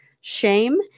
shame